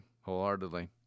wholeheartedly